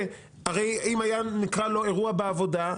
ואם היה קורה לו אירוע בעבודה,